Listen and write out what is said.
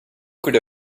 could